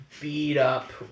beat-up